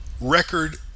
record